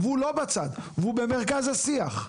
אבל הוא במרכז השיח.